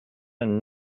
and